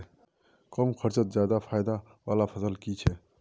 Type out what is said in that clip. कम खर्चोत ज्यादा फायदा वाला फसल की छे?